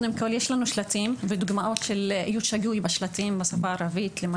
יש לנו שלטים ודוגמאות של איות שגוי בשלטים בשפה הערבית.